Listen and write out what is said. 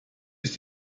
ist